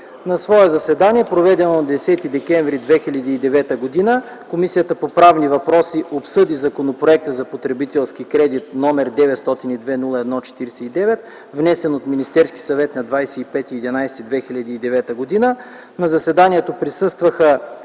„На свое заседание, проведено на 10 декември 2009 г., Комисията по правни въпроси обсъди Законопроекта за потребителския кредит, № 902-01-49, внесен от Министерския съвет на 25.11.2009 г. На заседанието присъстваха: